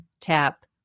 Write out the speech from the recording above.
tap